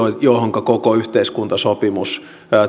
joihinka koko yhteiskuntasopimus